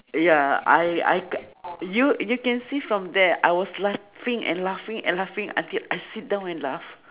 ya I I c~ you you can see from there I was laughing and laughing and laughing until I sit down and laugh